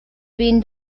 been